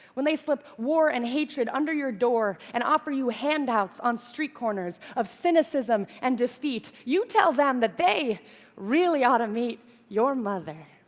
when they slip war and hatred under your door and offer you handouts on street-corners of cynicism and defeat, you tell them that they really ought to meet your mother.